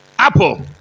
apple